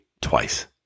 twice